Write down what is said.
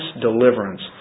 deliverance